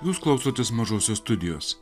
jūs klausotės mažosios studijos